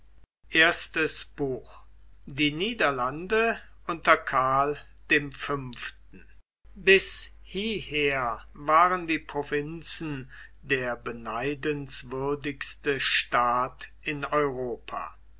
die niederlande unter karl dem fünften bis hieher waren die provinzen der beneidenswürdigste staat in europa